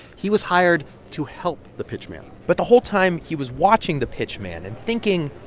he was hired to help the pitch man but the whole time, he was watching the pitch man and thinking,